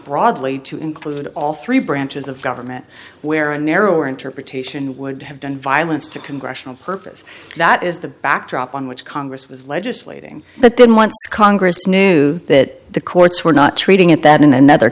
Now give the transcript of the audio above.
broadly to include all three branches of government where a narrower interpretation would have been violence to congressional purpose that is the backdrop on which congress was legislating but then once congress knew that the courts were not treating it that in another